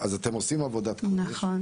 אז אתם עושים עבודת קודש,